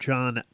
John